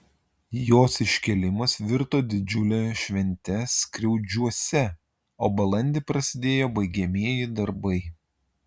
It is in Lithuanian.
jos iškėlimas virto didžiule švente skriaudžiuose o balandį prasidėjo baigiamieji darbai